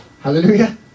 Hallelujah